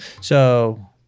So-